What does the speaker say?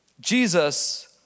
Jesus